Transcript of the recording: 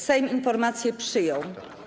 Sejm informację przyjął.